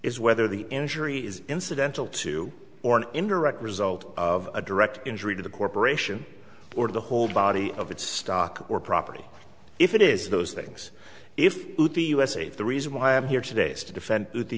is whether the injury is incidental to or an indirect result of a direct injury to the corporation or the whole body of its stock or property if it is those things if the usa the reason why i'm here today is to defend the